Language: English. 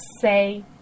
say